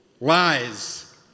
Lies